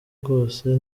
rwose